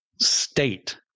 state